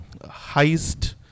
heist